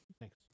thanks